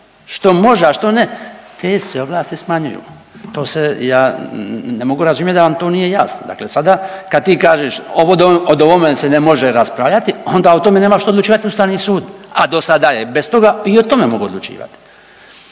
što može, a što ne te se ovlast smanjuju, to se, ja ne mogu razumjet da vam to nije jasno, dakle sada kad ti kažeš o ovome se ne može raspravljati onda o tome nema što odlučivati ustavni sud, a dosada je bez toga i o tome mogao odlučivati.